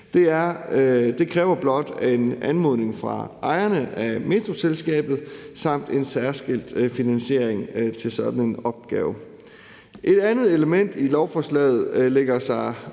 Det kræver blot en anmodning fra ejerne af Metroselskabet samt en særskilt finansiering til sådan en opgave. Et andet element i lovforslaget lægger sig